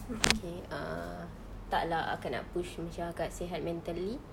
okay err tak lah akak nak push macam akak sihat mentally